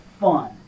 fun